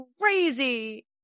crazy